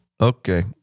okay